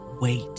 Wait